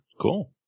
Cool